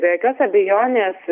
be jokios abejonės